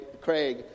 Craig